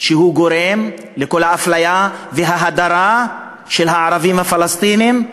שגורם לכל האפליה וההדרה של הערבים הפלסטיניים,